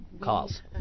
calls